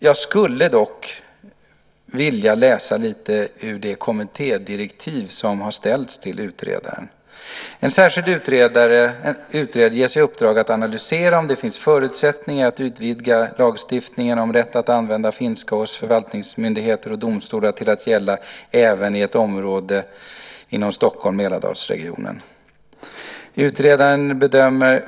Jag skulle dock vilja läsa lite ur det kommittédirektiv som har ställts till utredaren: "En särskild utredare ges i uppdrag att analysera om det finns förutsättningar att utvidga lagstiftningen om rätt att använda finska hos förvaltningsmyndigheter och domstolar till att gälla även i ett område inom Stockholms och Mälardalsregionen.